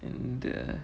எந்த:entha